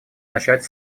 начать